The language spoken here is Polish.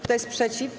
Kto jest przeciw?